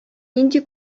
нинди